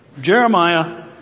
Jeremiah